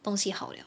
东西好 liao